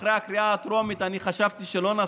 אחרי הקריאה הטרומית אני חשבתי שלא נספיק,